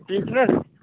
ٹھیٖک چھ حظ